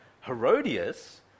Herodias